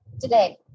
today